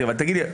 הבנתי.